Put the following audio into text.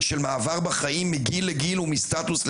של מעבר בחיים מגיל לגיל ומסטטוס לסטטוס.